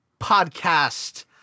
podcast